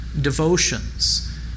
devotions